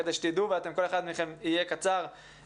כדי שתדעו וכל אחד מכם יהיה קצר,